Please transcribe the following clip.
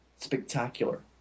spectacular